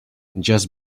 just